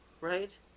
right